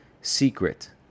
Secret